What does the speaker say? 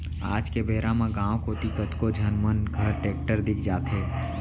आज के बेरा म गॉंव कोती कतको झन मन घर टेक्टर दिख जाथे